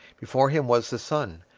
before him was the sun,